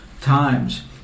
times